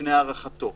לפני הארכתו.